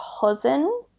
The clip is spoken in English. cousin